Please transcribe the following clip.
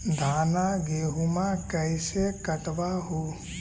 धाना, गेहुमा कैसे कटबा हू?